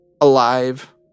alive